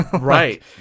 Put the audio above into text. right